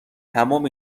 تمام